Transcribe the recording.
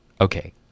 okay